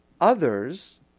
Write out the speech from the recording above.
others